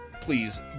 Please